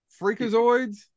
freakazoids